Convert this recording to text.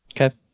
Okay